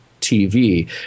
TV